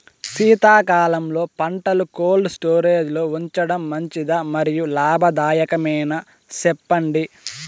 శీతాకాలంలో పంటలు cold storage లో ఉంచడం మంచిదా? మరియు లాభదాయకమేనా, సెప్పండి